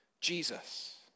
Jesus